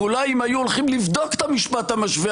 ואולי אם היו הולכים לבדוק את המשפט המשווה,